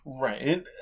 right